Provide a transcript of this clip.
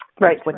Right